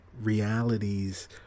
realities